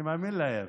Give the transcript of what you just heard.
אני מאמין להם.